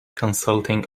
consulting